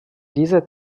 dieser